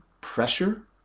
pressure